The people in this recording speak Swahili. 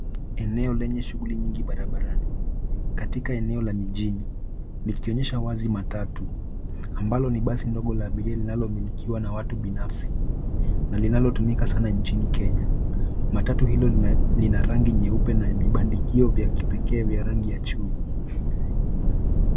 Eneo lenye shughuli nyingi barabani katika eneo la mijini likionyesha wazi matatu ambalo ni basi dogo la abiria linalo milikiwa na watu binafsi na linalotumika sana nchini kenya. Matatu hiyo lina rangi nyeupe na vibandikio vya kipekee vya rangi ya chui.